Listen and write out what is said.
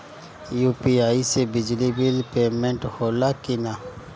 UPI से बिजली bill payment होला कि न?